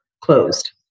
closed